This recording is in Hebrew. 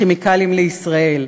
"כימיקלים לישראל",